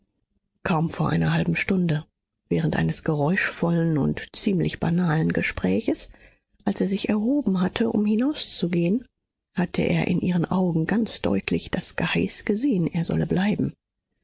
kaum vor einer halben stunde während eines geräuschvollen und ziemlich banalen gespräches als er sich erhoben hatte um hinauszugehen hatte er in ihren augen ganz deutlich das geheiß gesehn er solle bleiben